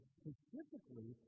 specifically